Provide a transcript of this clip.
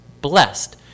blessed